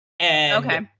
Okay